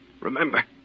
Remember